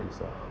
is uh